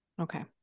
Okay